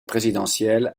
présidentielle